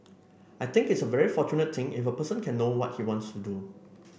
I think it's a very fortunate thing if a person can know what he wants to do